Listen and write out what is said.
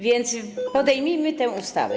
Więc podejmijmy tę ustawę.